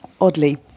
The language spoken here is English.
oddly